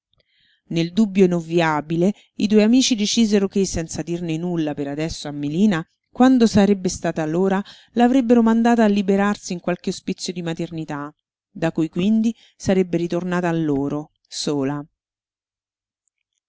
nel dubbio inovviabile i due amici decisero che senza dirne nulla per adesso a melina quando sarebbe stata l'ora l'avrebbero mandata a liberarsi in qualche ospizio di maternità da cui quindi sarebbe ritornata a loro sola